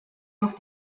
noch